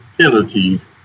penalties